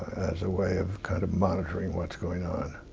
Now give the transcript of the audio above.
as a way of kind of monitoring what's going on.